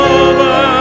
over